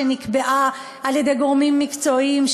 שנקבעה על-ידי גורמים מקצועיים,